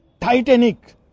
titanic